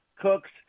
cooks